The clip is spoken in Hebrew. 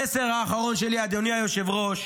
המסר האחרון שלי, אדוני היושב-ראש,